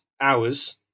hours